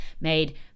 made